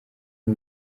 ngo